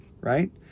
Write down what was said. right